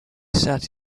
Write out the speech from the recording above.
sat